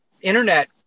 internet